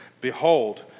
Behold